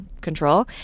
control